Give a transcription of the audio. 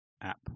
app